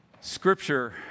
Scripture